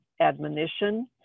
admonition